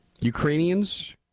Ukrainians